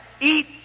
eat